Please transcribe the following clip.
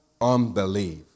unbelief